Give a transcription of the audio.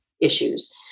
issues